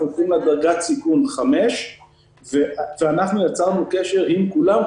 אנחנו הולכים על דרגת סיכון 5. יצרנו קשר עם כולם,